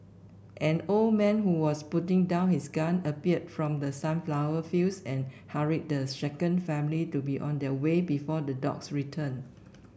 an old man who was putting down his gun appeared from the sunflower fields and hurried the shaken family to be on their way before the dogs return